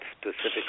specifically